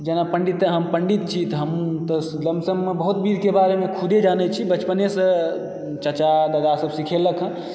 जेना पण्डिते हम पण्डित छी तऽ हमहुँ तऽ लमसममे बहुत विधिके बारेमे खुद ही जानैत छी बचपनेसँ चाचा दादासभ सिखेलक हँ